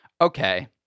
Okay